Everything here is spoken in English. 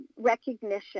recognition